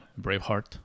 Braveheart